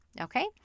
Okay